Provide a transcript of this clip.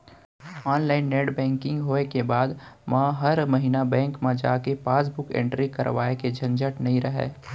online net banking होय के बाद म हर महिना बेंक म जाके पासबुक एंटरी करवाए के झंझट नइ रहय